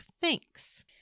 Thanks